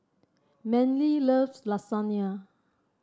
Manly loves Lasagna